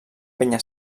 penya